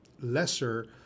lesser